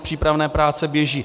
Přípravné práce běží.